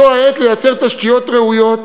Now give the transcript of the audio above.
זו העת לייצר תשתיות ראויות